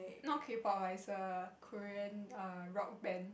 not K pop ah it's a Korean err rock band